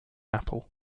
apple